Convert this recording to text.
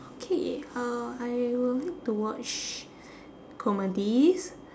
okay uh I will like to watch comedies